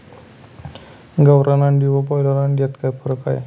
गावरान अंडी व ब्रॉयलर अंडी यात काय फरक आहे?